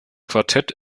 quartett